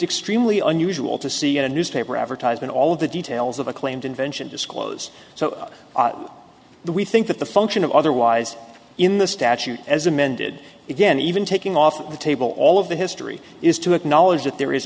extremely unusual to see in a newspaper advertisement all of the details of a claimed invention disclose so we think that the function of otherwise in the statute as amended again even taking off the table all of the history is to acknowledge that there is